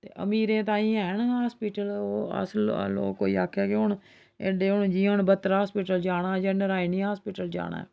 अमीरें ताईं हैन अस्पताल अस लोक अस लोक कोई आक्खै कि हून एड्डे हून जि'यां हून बत्तरा अस्पताल जाना जां नारायणी अस्पताल जाना ऐ